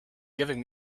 giving